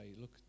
look